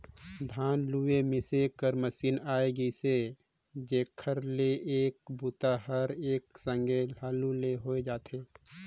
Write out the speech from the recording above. धान लूए मिसे कर मसीन आए गेइसे जेखर ले ए बूता हर एकर संघे हालू ले होए जाथे